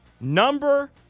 number